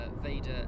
Vader